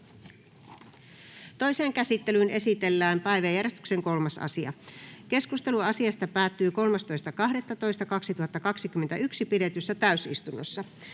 Toiseen käsittelyyn esitellään päiväjärjestyksen 3. asia. Keskustelu asiasta päättyi 13.12.2021 pidetyssä täysistunnossa.